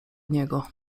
niego